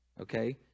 Okay